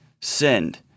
Send